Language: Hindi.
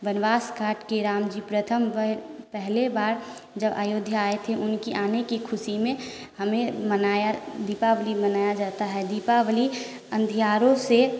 वनवास काट के राम जी प्रथम वह पहले बार जब आए थे उनकी आने की खुशी में हमें मनाया दीपावली मनाया जाता है दीपावली अंधियारों से